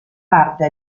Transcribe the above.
parte